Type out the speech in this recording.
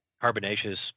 carbonaceous